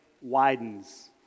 widens